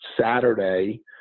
Saturday